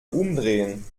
umdrehen